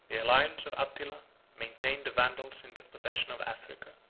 the alliance of attila maintained the vandals in the possession of africa.